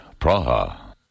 Praha